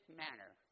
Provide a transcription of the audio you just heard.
manner